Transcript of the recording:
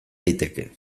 daiteke